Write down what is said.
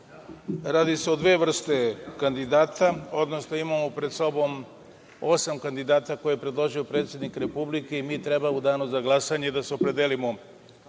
radi se o dve vrste kandidata, odnosno imamo pred sobom osam kandidata koje je predložio predsednik Republike i mi treba u danu za glasanje da se opredelimo